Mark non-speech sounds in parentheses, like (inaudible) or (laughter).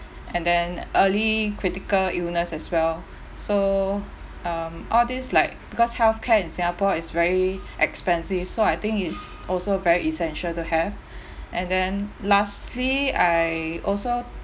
and then early critical illness as well so um all these like because healthcare in singapore is very expensive so I think it's also very essential to have (breath) and then lastly I also